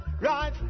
right